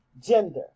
gender